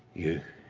you.